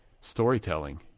storytelling